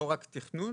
לא רק תכנון,